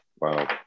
Wow